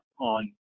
on